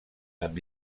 amb